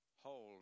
hold